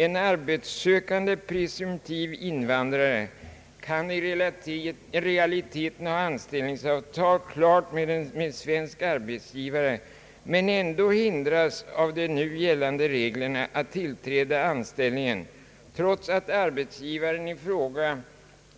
En arbetssökande presumtiv invandrare kan i realiteten ha anställningsavtal klart med svensk arbetsgivare men ändå av de nu gällande reglerna hindras att tillträda anställningen, trots att arbetsgivaren